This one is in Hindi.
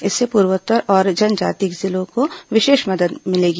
इससे पूर्वोत्तर और जनजातीय जिलों को विशेष मदद मिलेगी